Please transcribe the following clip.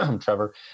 Trevor